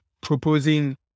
proposing